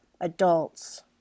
adults